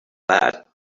bad